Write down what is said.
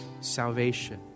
salvation